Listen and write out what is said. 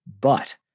But-